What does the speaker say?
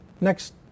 next